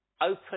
open